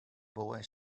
boy